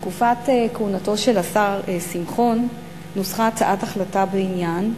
בתקופת כהונתו של השר שמחון נוסחה הצעת החלטה בעניין,